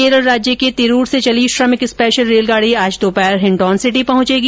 केरल राज्य के तिरुर से चली श्रमिक स्पेशल रेलगाड़ी आज दोपहर हिंडौन सिटी पहुचेगी